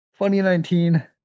2019